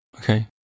Okay